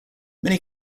many